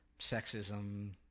sexism